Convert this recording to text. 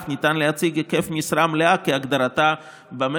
ניתן להציג היקף משרה מלאה כהגדרה במשק,